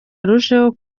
arusheho